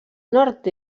nord